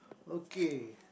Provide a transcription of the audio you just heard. okay